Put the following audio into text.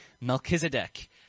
Melchizedek